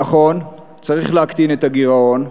נכון, צריך להקטין את הגירעון,